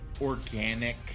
organic